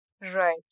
Right